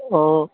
অঁ